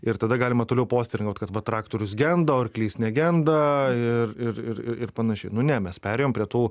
ir tada galima toliau postringaut kad va traktorius genda arklys negenda ir ir panašiai nu ne mes perėjom prie tų